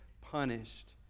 punished